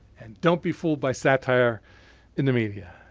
and don't be fooled by satire in the media.